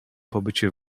pobycie